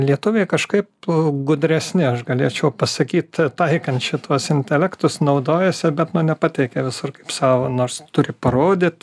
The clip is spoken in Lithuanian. lietuviai kažkaip gudresni aš galėčiau pasakyt taikant šituos intelektus naudojasi bet nu nepateikia visur kaip savo nors turi parodyt